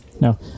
No